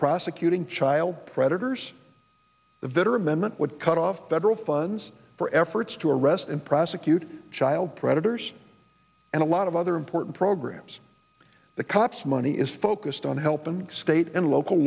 prosecuting child predators that are and then that would cut off federal funds for efforts to arrest and prosecute child predators and a lot of other important programs the cops money is focused on helping state and local